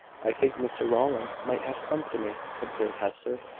i think mr rowland might have come to me, observed hester.